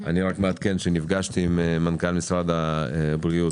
אני מעדכן שנפגשתי עם מנכ"ל משרד הבריאות,